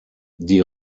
die